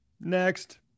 Next